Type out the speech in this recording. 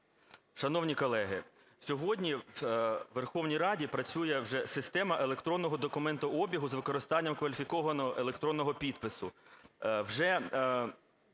Шановні колеги, сьогодні у Верховній Раді працює вже система електронного документообігу з використанням кваліфікованого електронного підпису.